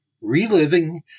Reliving